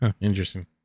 Interesting